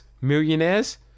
Millionaires